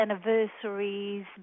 Anniversaries